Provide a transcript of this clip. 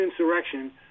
insurrection